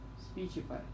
Speechify